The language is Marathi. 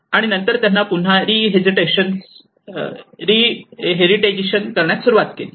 आणि नंतर त्यांनी पुन्हा रि हेरिटेजिसेशन करण्यास सुरुवात केली